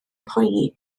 poeni